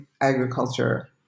agriculture